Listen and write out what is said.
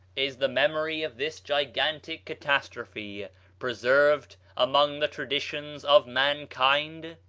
is the memory of this gigantic catastrophe preserved among the traditions of mankind?